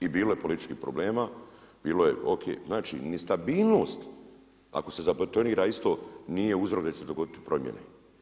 I bilo je političkih problema, bilo je, O.K. Znači, nestabilnost ako se zabetonira isto nije uzrok da će se dogoditi promjene.